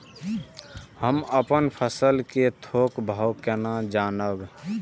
हम अपन फसल कै थौक भाव केना जानब?